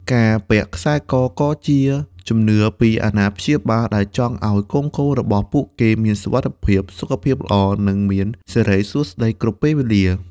ការពាក់ខ្សែកក៏ជាជំនឿពីអាណាព្យាបាល ដែលចង់ឱ្យកូនៗរបស់ពួកគេមានសុវត្ថិភាព សុខភាពល្អ និងមានសិរីសួស្តីគ្រប់ពេលវេលា។